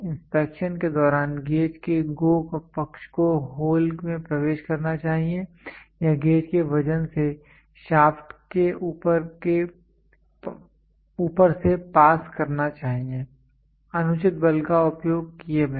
inspection के दौरान gauge के GO पक्ष को होल में प्रवेश करना चाहिए या गेज के वजन से शाफ्ट के ऊपर से पास करना चाहिए अनुचित बल का उपयोग किए बिना